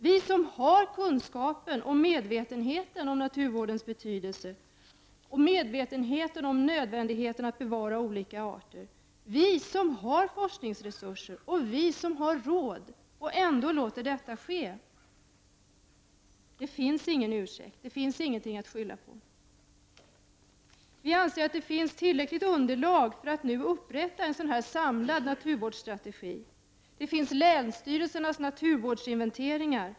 Vi har ju kunskapen och medvetenheten om naturvårdens betydelse samt medvetenheten om att olika arter måste bevaras. Vi har forskningsresurser och vi har råd. Ändå låter vi detta ske! Det finns ingen ursäkt. Det finns alltså ingenting att skylla på. Vi anser att det finns ett tillräckligt underlag för att nu upprätta en samlad naturvårdsstrategi. Vi har ju länsstyrelsernas naturvårdsinventeringar.